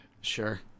Sure